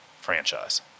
franchise